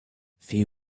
few